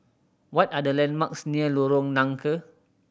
what are the landmarks near Lorong Nangka